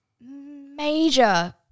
major